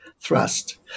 thrust